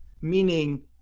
meaning